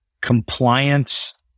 compliance